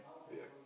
ya